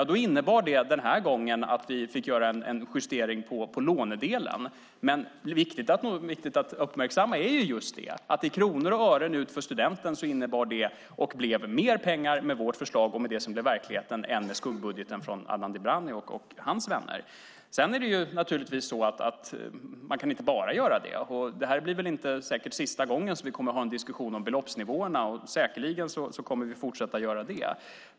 Den här gången har det inneburit att vi fått göra en justering i lånedelen. Men viktigt att uppmärksamma är just att det med vårt förslag och med det som blivit verklighet i kronor och ören blir mer för studenten än det skulle bli med skuggbudgeten från Adnan Dibrani och hans vänner. Naturligtvis räcker det inte med bara det, men det är säkert inte sista gången som vi har en diskussion om beloppsnivåerna. Säkerligen kommer vi att fortsätta att diskutera dessa.